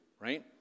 right